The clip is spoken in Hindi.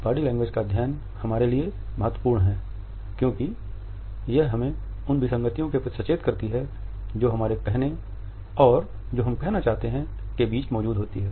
बॉडी लैंग्वेज का अध्ययन हमारे लिए महत्वपूर्ण है क्योंकि यह हमें उन विसंगतियों के प्रति सचेत करती है जो हमारे कहने और जो हम कहना कहते है के बीच मौजूद होती है